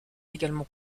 également